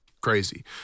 crazy